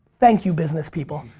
thank you business people.